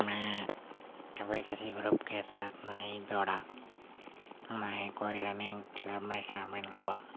میں کبھی کسی گروپ کے ساتھ نہیں دوڑا نہ ہی کوئی رننگ کلب میں شامل ہوا